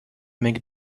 make